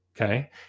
Okay